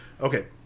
Okay